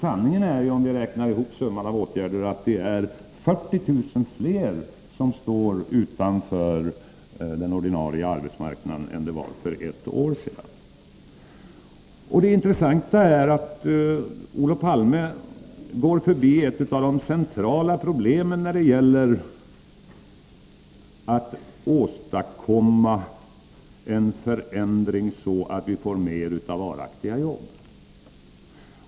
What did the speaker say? Sanningen är ju — om vi räknar ihop summan av åtgärder — att 40 000 fler står utanför den ordinarie arbetsmarknaden i dag än för ett år sedan. Det intressanta är att Olof Palme går förbi ett av de centrala problemen när det gäller att åstadkomma en förändring så att vi får fler varaktiga jobb.